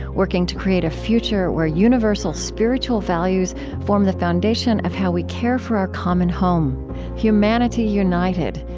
working to create a future where universal spiritual values form the foundation of how we care for our common home humanity united,